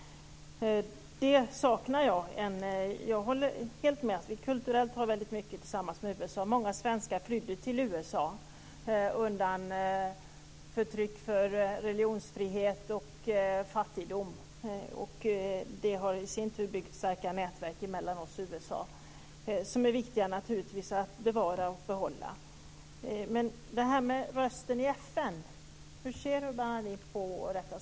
Det saknar jag. Jag håller helt med om att vi kulturellt har väldigt mycket gemensamt med USA. Många svenskar flydde till USA undan förtryck av religionsfriheten och undan fattigdom. Det har i sin tur byggt upp starka nätverk mellan oss och USA som naturligtvis är viktiga att behålla och bevara. Hur ser Urban Ahlin på detta med rösten i FN?